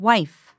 Wife